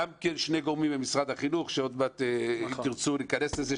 גם כן שני גורמים ממשרד החינוך שעוד מעט אם תרצו ניכנס לזה,